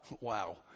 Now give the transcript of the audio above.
Wow